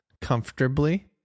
comfortably